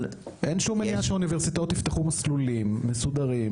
אין שום מניעה שאוניברסיטאות יפתחו מסלולים מסודרים,